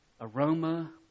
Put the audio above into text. aroma